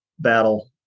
battle